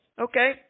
Okay